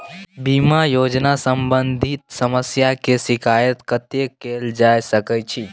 बीमा योजना सम्बंधित समस्या के शिकायत कत्ते कैल जा सकै छी?